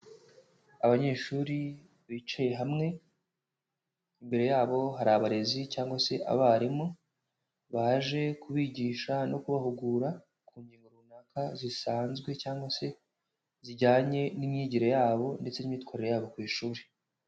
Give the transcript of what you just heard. Abanyeshuri bicaye hamwe, imbere yabo hari abarezi cyangwa se abarimu, baje kubigisha no kubahugura ku ngingo runaka zisanzwe cyangwa se zijyanye n'imyigire yabo ndetse n'imyitwarire yabo ku ishuri.